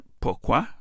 pourquoi